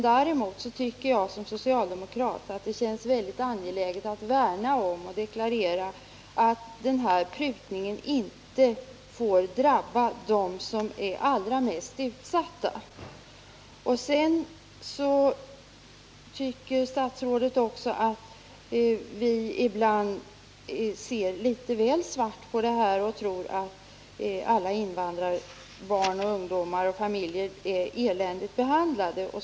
Däremot tycker jag som socialdemokrat att det känns väldigt angeläget att värna om de svaga och deklarera att prutningen inte får drabba dem som är allra mest utsatta. Statsrådet tycker att vi ibland ser litet väl svart på situationen och tror att alla invandrare — barn, ungdomar och familjer — är eländigt behandlade.